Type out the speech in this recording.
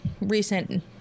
recent